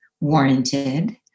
warranted